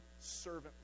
servant